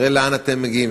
תראה לאן אתם מגיעים,